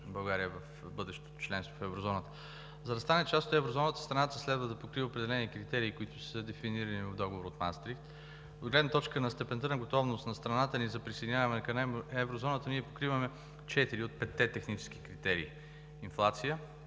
България в Еврозоната. За да стане част от Еврозоната, страната следва да покрие определени критерии, които са дефинирани в Договора от Маастрихт. От гледна точка на степента на готовност на страната ни за присъединяване към Еврозоната, ние покриваме четири от петте технически критерия: инфлация,